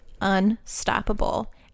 Unstoppable